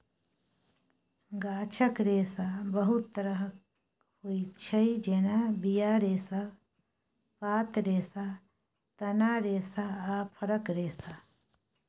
गाछक रेशा बहुत तरहक होइ छै जेना बीया रेशा, पात रेशा, तना रेशा आ फरक रेशा